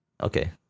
Okay